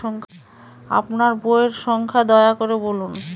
আপনার বইয়ের সংখ্যা দয়া করে বলুন?